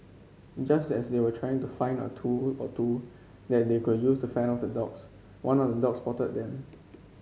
just as they were trying to find a tool or two that they could use to fend off the dogs one of the dogs spotted them